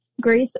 grace